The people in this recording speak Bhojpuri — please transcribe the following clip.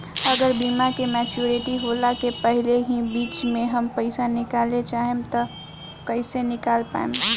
अगर बीमा के मेचूरिटि होला के पहिले ही बीच मे हम पईसा निकाले चाहेम त कइसे निकाल पायेम?